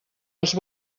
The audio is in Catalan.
els